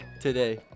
today